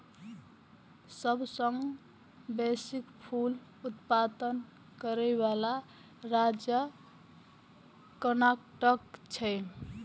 सबसं बेसी फूल उत्पादन करै बला राज्य कर्नाटक छै